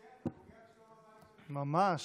ממש.